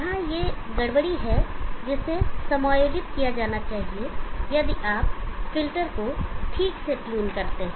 यहां ये गड़बड़ी हैं जिन्हें समायोजित किया जाना चाहिए यदि आप फिल्टर को ठीक से ट्यून करते हैं